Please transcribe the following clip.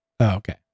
Okay